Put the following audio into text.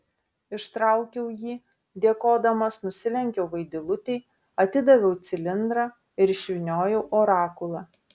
ištraukiau jį dėkodamas nusilenkiau vaidilutei atidaviau cilindrą ir išvyniojau orakulą